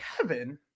kevin